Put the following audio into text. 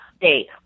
date